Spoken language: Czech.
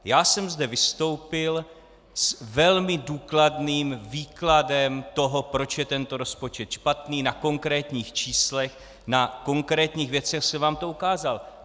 Já jsem zde vystoupil s velmi důkladným výkladem toho, proč je tento rozpočet špatný, na konkrétních číslech, na konkrétních věcech jsem vám to ukázal.